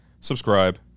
subscribe